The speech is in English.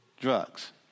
drugs